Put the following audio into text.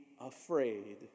afraid